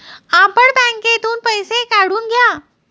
आपण बँकेतून पैसे काढून घ्या